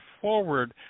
forward